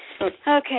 Okay